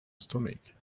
stomach